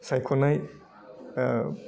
सायख'नाय